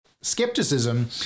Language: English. skepticism